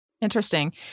Interesting